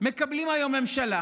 מקבלים היום ממשלה,